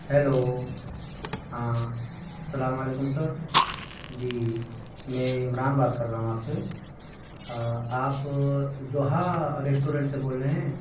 hello ہاں السلام علیکم سر جی میں عمران بات کر رہا ہوں آپ سے آپ ضحیٰ ریسٹورنٹ سے بول رہے ہیں